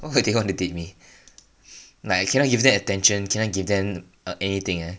why would they want to date me like I cannot give them attention cannot give them a~ anything eh